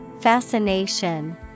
Fascination